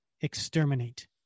exterminate